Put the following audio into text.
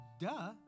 Duh